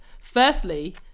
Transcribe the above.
Firstly